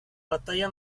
batalla